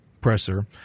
presser